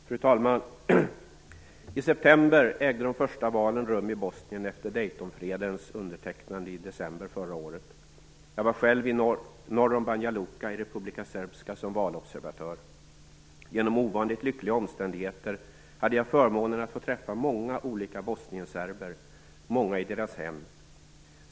Fru talman! I september ägde de första valen rum i Bosnien efter Daytonfredens undertecknande i december förra året. Jag var själv norr om Banja Luka i Republika Srbska som valobservatör. Genom ovanligt lyckliga omständigheter hade jag förmånen att få träffa många olika bosnienserber - många i deras hem.